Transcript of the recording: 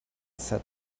said